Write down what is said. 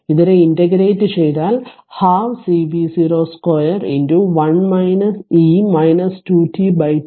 ഇതിനെ ഇന്റഗ്രേറ്റ് ചെയ്താൽ1 2 C v0 2 1 e 2 t τ